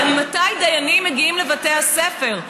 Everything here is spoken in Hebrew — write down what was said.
הרי ממתי דיינים מגיעים לבתי הספר?